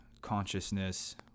consciousness